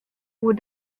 oer